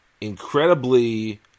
incredibly